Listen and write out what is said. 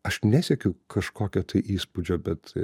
aš nesiekiu kažkokio tai įspūdžio bet